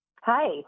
Hi